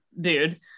dude